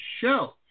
show